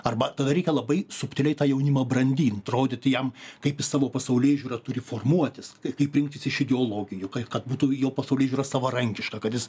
arba tada reikia labai subtiliai tą jaunimą brandint rodyti jam kaip jis savo pasaulėžiūrą turi formuotis kaip kaip rinktis iš ideologijų kad būtų jo pasaulėžiūra savarankiška kad jis